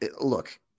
Look